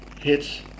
hits